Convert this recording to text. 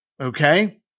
okay